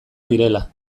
direla